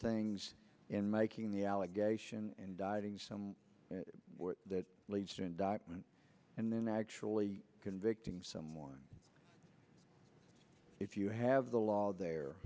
things in making the allegation and dieting some that leads to a document and then actually convicting someone if you have the law there